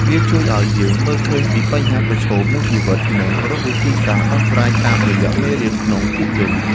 វាជួយឱ្យយើងមើលឃើញពីបញ្ហាប្រឈមនៃជីវិត និងរកវិធីសាស្ត្រដោះស្រាយតាមរយៈមេរៀនក្នុងភាពយន្ត។